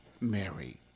Mary